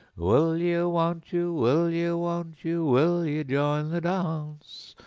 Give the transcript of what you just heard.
will you, won't you, will you, won't you, will you join the dance?